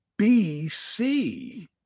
BC